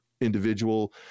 individual